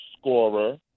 scorer